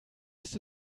ist